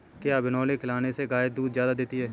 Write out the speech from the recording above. क्या बिनोले खिलाने से गाय दूध ज्यादा देती है?